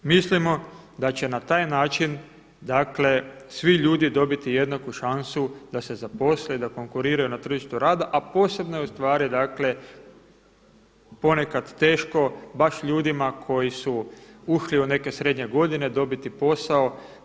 Mislimo da će na taj način dakle svi ljudi dobiti jednaku šansu da se zaposle i da konkuriraju na tržištu rada, a posebno je ponekad teško baš ljudima koji su ušli u neke srednje godine dobiti posao.